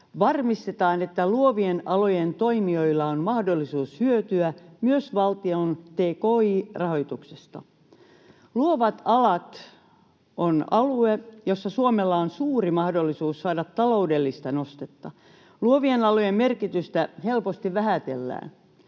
varmistetaan, että luovien alojen toimijoilla on mahdollisuus hyötyä myös valtion tki-rahoituksesta. Luovat alat ovat alue, jossa Suomella on suuri mahdollisuus saada taloudellista nostetta. Luovien alojen merkitystä helposti vähätellään.